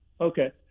Okay